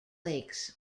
lakes